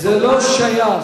זה לא שייך.